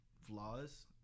flaws